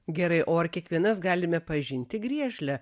gerai o ar kiekvienas galime pažinti griežlę